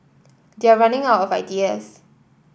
they're running out of ideas